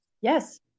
yes